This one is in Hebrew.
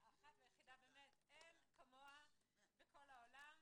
הכוחל פתוח,